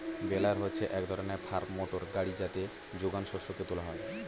বেলার হচ্ছে এক ধরনের ফার্ম মোটর গাড়ি যাতে যোগান শস্যকে তোলা হয়